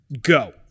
go